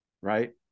right